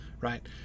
right